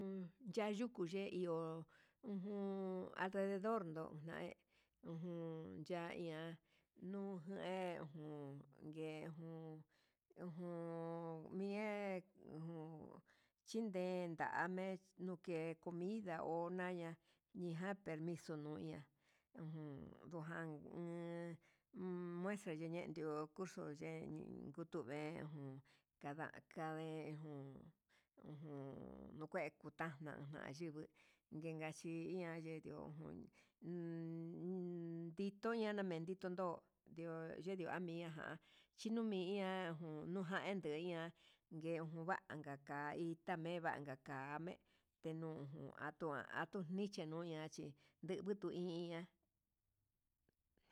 Uun ya yuku ye iho, uju alrededor nonae, uju yaia nujen jun ngue jun ujun mie ujun chindeta, ndame nuke comida onaña nuje permiso nuña un ndujan uun, uun maestro ndenendio curso yen kutu veen ujun kada kande'e jun ujun nukue kutana nayive ngayeian yedió jun nditoña yame'e nditondo ndi'ó ayendo miajan chindeyo mi'a ajun nudentoi ian ngue nguva'a, nga nga itamen vanka ka'ame tenjun atuan, tuniño ña'a chí ndeguu hi iha.